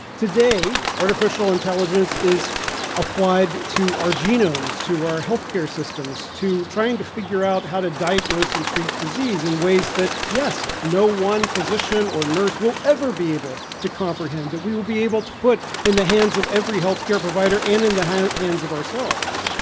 today, artificial intelligence is applied to our genomes, to our healthcare systems, to trying to figure out how to diagnose and treat disease in ways that yes, no one physician or nurse will ever be able to comprehend, that we will be able to put in the hands of every healthcare provider and in the hands hands of ourselves.